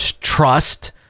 trust